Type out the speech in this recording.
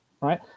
right